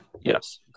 yes